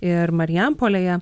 ir marijampolėje